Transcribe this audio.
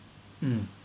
mm